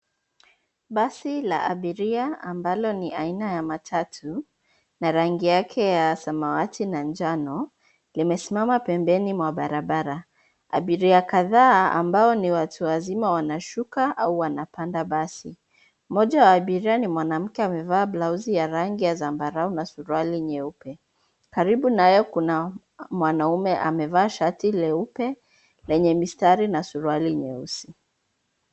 Basi la abiria ambalo ni aina ya matatu na rangi yake ya samawati na njano limesimama pembeni mwa barabara. Abiria kadhaa ambao ni watu wazima wanashuka au wanapanda basi. Mmoja wa abiria ni mwanamke amevaa blausi ya rangi ya zambarau na suruali nyeupe. Karibu naye kuna mwanaume amevaa shati leupe lenye mistari na suruali nyeusi.